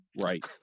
Right